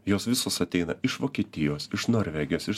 jos visos ateina iš vokietijos iš norvegijos iš